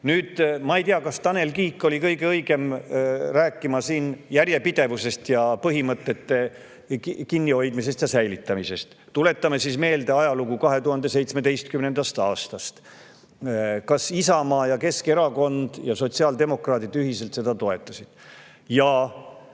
Ma ei tea, kas Tanel Kiik oli kõige õigem rääkima siin järjepidevusest ja põhimõtetest kinnihoidmisest ja nende säilitamisest. Tuletame meelde ajalugu. Kas 2017. aastal Isamaa, Keskerakond ja sotsiaaldemokraadid ühiselt seda toetasid?